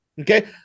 okay